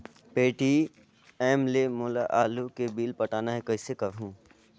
Paytm ले मोला आलू के बिल पटाना हे, कइसे करहुँ?